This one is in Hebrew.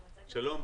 שלום.